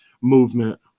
movement